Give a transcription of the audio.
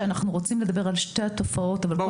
שאנחנו רוצים לדבר על שתי התופעות אבל כל